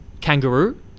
kangaroo